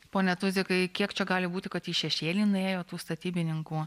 pone tuzikai kiek čia gali būti kad į šešėlį nuėjo tų statybininkų